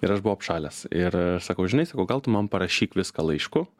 ir aš buvau apšalęs ir aš sakau žinai sakau gal tu man parašyk viską laišku